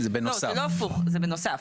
זה בנוסף,